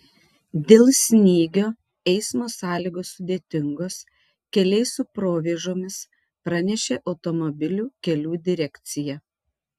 dėl snygio eismo sąlygos sudėtingos keliai su provėžomis pranešė automobilių kelių direkcija